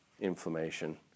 inflammation